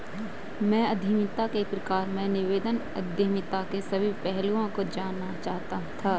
मैं उद्यमिता के प्रकार में नवोदित उद्यमिता के सभी पहलुओं को जानना चाहता था